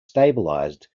stabilized